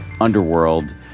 Underworld